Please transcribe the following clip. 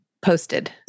Posted